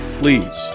please